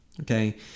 okay